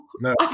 No